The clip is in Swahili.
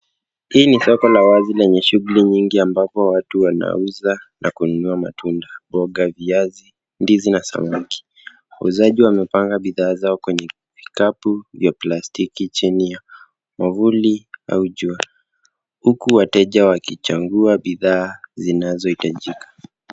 Hii ni soko la wazi lenye shughuli nyingi ambapo watu wanauza na kununua matunda, mboga, viazi, ndizi na samaki. Wauzaji wamepanga bidhaa zao kwenye vikapu vya plastiki chini ya mwavuli au jua, huku wateja wakichambua bidhaa zinazohitajika.